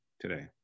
today